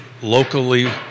Locally